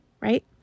right